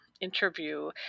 interview